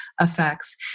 effects